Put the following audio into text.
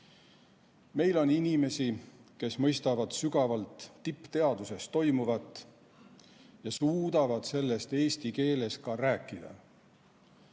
Meil on inimesi, kes mõistavad sügavalt tippteaduses toimuvat ja suudavad sellest eesti keeles ka rääkida,